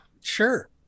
Sure